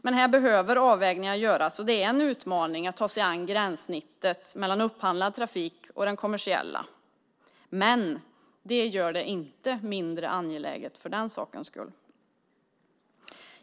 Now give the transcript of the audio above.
Men här behöver avvägningar göras, och det är en utmaning att ta sig an gränssnittet mellan upphandlad trafik och den kommersiella. Men det gör det inte mindre angeläget.